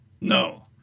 No